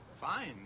Fine